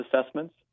assessments